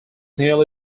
nearly